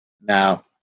Now